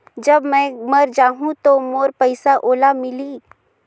जब मै मर जाहूं तो मोर पइसा ओला मिली?